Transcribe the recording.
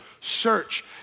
search